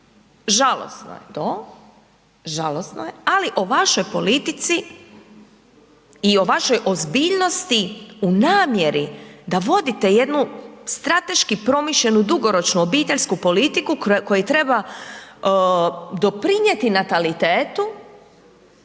žalosno je, ali o vašoj politici i o vašoj ozbiljnosti u namjeri da vodite jednu strateški promišljenu dugoročnu obiteljsku politiku koja treba doprinjeti natalitetu